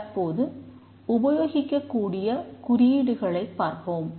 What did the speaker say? தற்போது உபயோகிக்கக் கூடிய குறியீடுகளைப் பார்ப்போம்